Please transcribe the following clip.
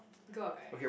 girl or guy